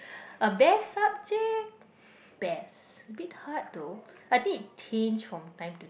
a best subject best the bid hard though I think it change from time to